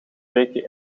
weken